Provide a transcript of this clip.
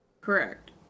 Correct